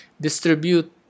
distribute